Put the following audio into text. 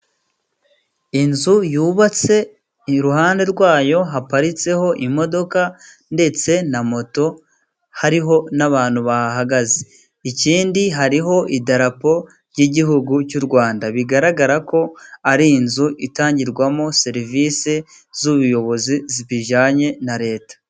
inzu yubatse, iruhande rwayo haparitseho imodoka ndetse na moto, hariho n'abantu bahahagaze. Ikindi hariho idarapo ry'igihugu cy'u Rwanda, bigaragara ko ari inzu itangirwamo serivise z'ubuyobozi, z'ibijyanye na Leta.